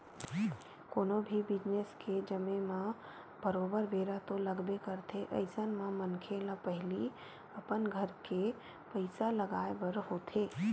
कोनो भी बिजनेस के जमें म बरोबर बेरा तो लगबे करथे अइसन म मनखे ल पहिली अपन घर के पइसा लगाय बर होथे